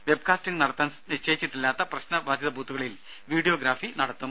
webcasting നടത്തുവാൻ നിശ്ചയിച്ചിട്ടില്ലാത്ത പ്രശ്നബാധിത ബൂത്തുകളിൽ വീഡിയോഗ്രാഫി നടത്തും